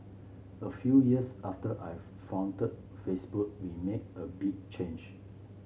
a few years after I founded Facebook we made a big change